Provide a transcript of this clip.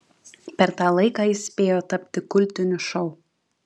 per tą laiką jis spėjo tapti kultiniu šou